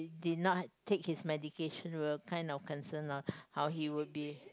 did not take his medication we were kind of concern lah how he would be